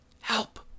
help